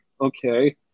okay